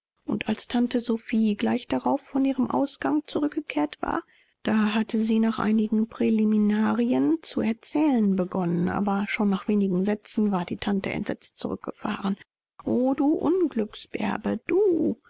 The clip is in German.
und als tante sophie gleich darauf von ihrem ausgang zurückgekehrt war da hatte sie nach einigen präliminarien zu erzählen begonnen aber schon nach wenigen sätzen war die tante entsetzt zurückgefahren o du unglücksbärbe du